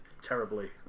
terribly